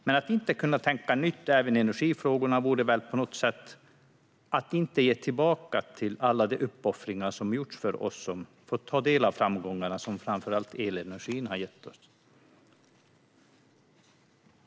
Men att inte kunna tänka nytt även i energifrågorna vore väl på något sätt att inte ge tillbaka för alla de uppoffringar som gjorts för oss som fått ta del av de framgångar som framför allt elenergin har gett oss.